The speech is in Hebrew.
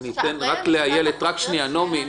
נעמי.